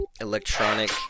electronic